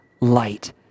light